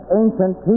ancient